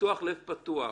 ניתוח לב פתוח,